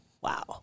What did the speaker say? wow